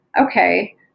okay